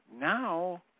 Now